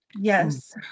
Yes